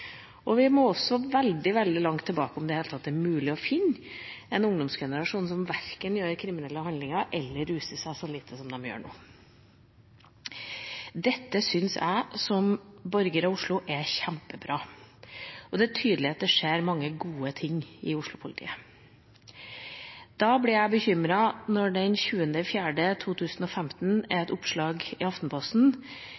nå. Vi må også veldig langt tilbake for å finne – om det i det hele tatt er mulig å finne – en ungdomsgenerasjon som verken gjør kriminelle handlinger eller ruser seg så lite som de gjør nå. Dette synes jeg, som borger av Oslo, er kjempebra, og det er tydelig at det skjer mange gode ting i Oslo-politiet. Da blir jeg bekymret når det den 20. april 2015 er et oppslag i Aftenposten